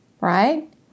right